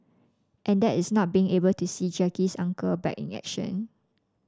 and that is not being able to see Jackie's uncle back in action